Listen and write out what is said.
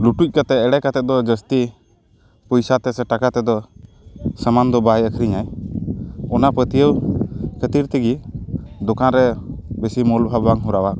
ᱞᱩᱴᱩᱡ ᱠᱟᱛᱮᱫ ᱮᱲᱮ ᱠᱟᱛᱮᱫ ᱟᱫᱚ ᱡᱟᱹᱥᱛᱤ ᱯᱚᱭᱥᱟᱛᱮ ᱥᱮ ᱴᱟᱠᱟ ᱛᱮᱫᱚ ᱥᱟᱢᱟᱱ ᱫᱚ ᱵᱟᱭ ᱟᱹᱠᱷᱨᱤᱧᱟᱭ ᱚᱱᱟ ᱯᱟᱹᱛᱭᱟᱹᱣ ᱠᱷᱟᱹᱛᱤᱨ ᱛᱮᱜᱮ ᱫᱚᱠᱟᱱ ᱨᱮ ᱵᱮᱥᱤ ᱢᱩᱞ ᱵᱷᱟᱵᱽ ᱵᱟᱝ ᱠᱚᱨᱟᱣᱟ